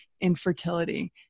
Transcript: infertility